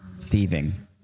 Thieving